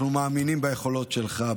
אנחנו מאמינים ביכולות שלך,